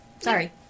Sorry